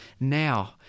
Now